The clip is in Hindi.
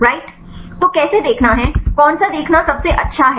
राइट तो कैसे देखना है कौन सा देखना सबसे अच्छा है